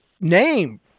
name